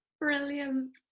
Brilliant